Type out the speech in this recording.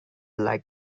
like